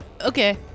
Okay